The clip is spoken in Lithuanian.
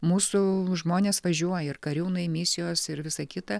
mūsų žmonės važiuoja ir kariūnai misijos ir visa kita